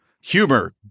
Humor